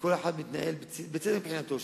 וכל אחד מתנהל בצדק מבחינתו,